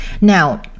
Now